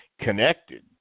connected